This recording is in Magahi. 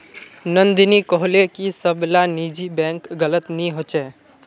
नंदिनी कोहले की सब ला निजी बैंक गलत नि होछे